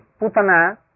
Putana